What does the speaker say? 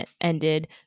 ended